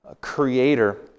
creator